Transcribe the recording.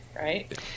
right